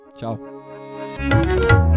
Ciao